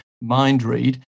mind-read